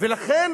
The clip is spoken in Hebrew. ולכן